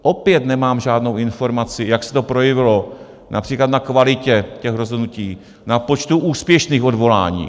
Opět nemám žádnou informaci, jak se to projevilo například na kvalitě těch rozhodnutí, na počtu úspěšných odvolání;